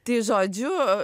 tai žodžiu